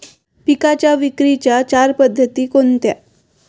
पिकांच्या विक्रीच्या चार पद्धती कोणत्या?